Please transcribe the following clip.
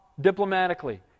diplomatically